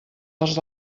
dels